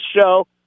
show